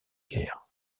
guerre